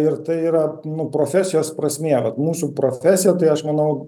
ir tai yra nu profesijos prasmė o mūsų profesija tai aš manau